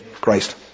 Christ